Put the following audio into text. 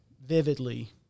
vividly